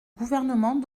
gouvernement